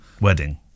wedding